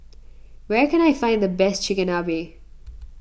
where can I find the best Chigenabe